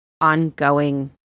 ongoing